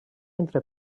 entre